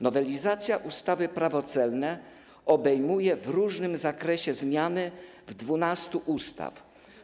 Nowelizacja ustawy - Prawo celne obejmuje w różnym zakresie zmiany w 12 ustawach.